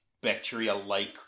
bacteria-like